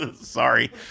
Sorry